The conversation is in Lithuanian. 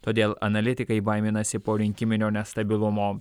todėl analitikai baiminasi porinkiminio nestabilumo